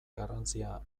garrantzia